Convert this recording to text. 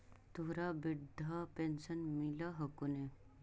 तोहरा वृद्धा पेंशन मिलहको ने?